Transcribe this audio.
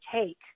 take